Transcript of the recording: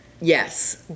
yes